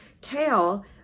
Kale